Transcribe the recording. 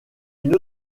une